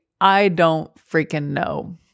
I-don't-freaking-know